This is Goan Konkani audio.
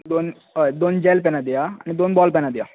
दोन जेल पेनां दिया हय आनी दोन बोल पेनां दिया